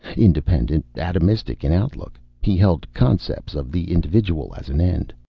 independent, atomistic in outlook. he held concepts of the individual as an end,